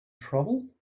trouble